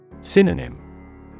Synonym